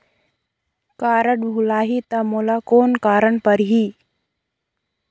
Card भुलाही ता मोला कौन करना परही?